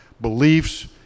beliefs